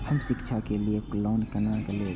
हम शिक्षा के लिए लोन केना लैब?